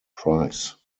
price